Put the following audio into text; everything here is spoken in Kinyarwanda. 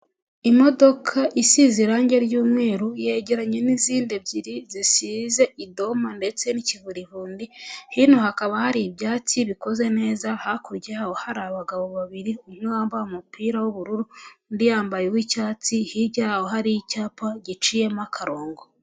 Imodoka isize irangi ry'umweru, yegeranye n'izindi ebyiri zisize idoma ndetse n'ikivurivundi, hino hakaba hari ibyatsi bikoze neza, hakurya yaho hari abagabo babiri, umwe wambaye umupira w'ubururu, undi yambaye uw'icyatsi, hirya yaho hari icyapa giciyemo akarongo.